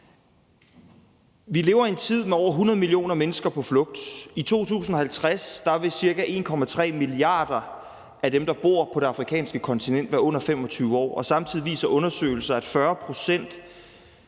Vi lever i en tid med over 100 millioner mennesker på flugt. I 2050 vil cirka 1,3 milliarder af dem, der bor på det afrikanske kontinent, være under 25 år, og samtidig viser undersøgelser, at 40 pct.